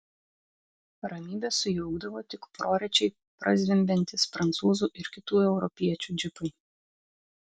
ramybę sujaukdavo tik prorečiai prazvimbiantys prancūzų ir kitų europiečių džipai